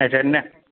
अच्छा नहि